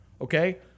okay